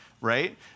right